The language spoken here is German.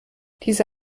diese